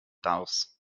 darß